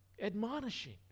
admonishing